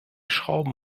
schrauben